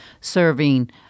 serving